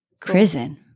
prison